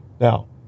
Now